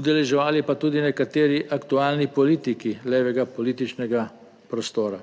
udeleževali pa tudi nekateri aktualni politiki levega političnega prostora.